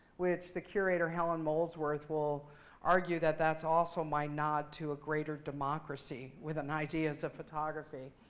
which the curator, helen molesworth, will argue that that's also my nod to a greater democracy with an ideas of photography.